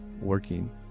working